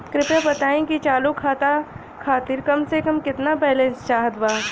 कृपया बताई कि चालू खाता खातिर कम से कम केतना बैलैंस चाहत बा